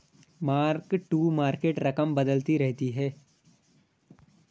mark to market रकम बदलती रहती है